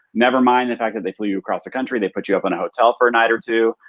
nevermind the fact that they flew you across the country. they put you up in a hotel for a night or two.